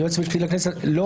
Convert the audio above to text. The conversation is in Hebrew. אני